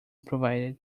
provided